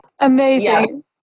Amazing